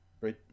Right